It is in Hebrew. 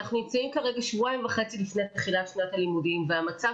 אנחנו נמצאים כרגע שבועיים וחצי לפני תחילת שנת הלימודים והמצב